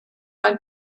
ein